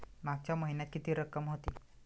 मागच्या महिन्यात किती रक्कम होती?